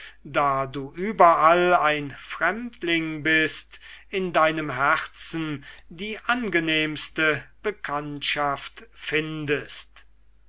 da du überall ein fremdling bist in deinem herzen die angenehmste bekanntschaft findest